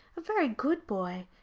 a very good boy,